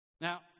Now